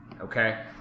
okay